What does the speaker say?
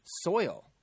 soil